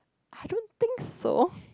I don't think so